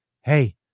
Hey